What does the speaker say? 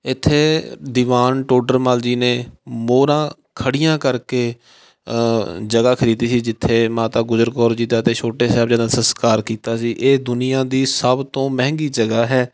ਇੱਥੇ ਦੀਵਾਨ ਟੋਡਰਮੱਲ ਜੀ ਨੇ ਮੋਹਰਾਂ ਖੜ੍ਹੀਆਂ ਕਰਕੇ ਜਗ੍ਹਾ ਖਰੀਦੀ ਸੀ ਜਿੱਥੇ ਮਾਤਾ ਗੁਜਰ ਕੌਰ ਜੀ ਦਾ ਅਤੇ ਛੋਟੇ ਸਾਹਿਬਜ਼ਾਦਿਆਂ ਦਾ ਸਸਕਾਰ ਕੀਤਾ ਸੀ ਇਹ ਦੁਨੀਆਂ ਦੀ ਸਭ ਤੋਂ ਮਹਿੰਗੀ ਜਗ੍ਹਾ ਹੈ